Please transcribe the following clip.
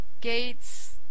Gates